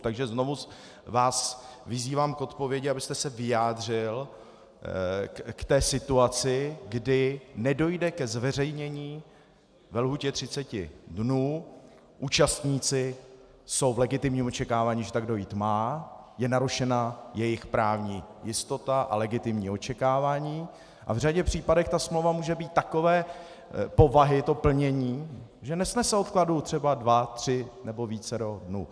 Takže znovu vás vyzývám k odpovědi, abyste se vyjádřil k té situaci, kdy nedojde ke zveřejnění ve lhůtě 30 dnů, účastníci jsou v legitimním očekávání, že tak dojít má, je narušena jejich právní jistota a legitimní očekávání, a v řadě případů ta smlouva může být takové povahy, to plnění, že nesnese odkladu třeba dva, tři nebo vícero dnů.